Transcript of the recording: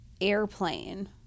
airplane